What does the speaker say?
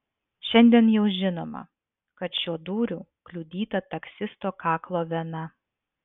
šiandien jau žinoma kad šiuo dūriu kliudyta taksisto kaklo vena